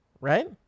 Right